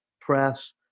press